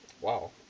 Wow